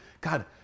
God